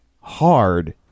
hard